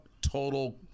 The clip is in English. total